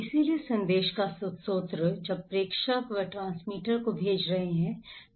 इसलिए संदेश का स्रोत जब प्रेषक वे ट्रांसमीटर को भेज रहे हैं